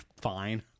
fine